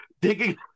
digging